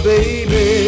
Baby